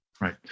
Right